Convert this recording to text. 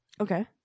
okay